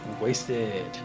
wasted